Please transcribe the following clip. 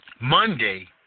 Monday